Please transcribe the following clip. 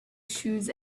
shoes